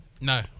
No